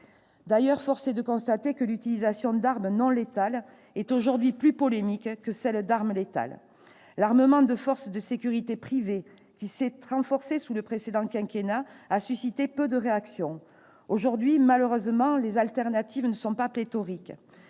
D'ailleurs, force est de constater que l'utilisation d'armes non létales est aujourd'hui plus polémique que celle d'armes létales. L'armement de forces de sécurités privées qui s'est renforcé sous le précédent quinquennat a suscité peu de réactions. Aujourd'hui, les alternatives ne sont malheureusement